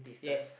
yes